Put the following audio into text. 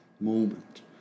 moment